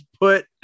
Put